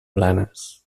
blanes